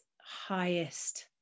highest